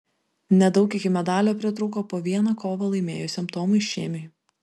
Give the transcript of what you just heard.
nedaug iki medalio pritrūko po vieną kovą laimėjusiam tomui šėmiui